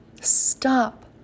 Stop